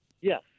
Yes